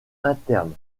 interne